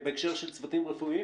בקשר של צוותים רפואיים?